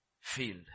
field